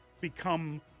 become